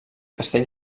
castell